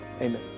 Amen